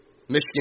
Michigan